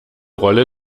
rolle